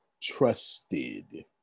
trusted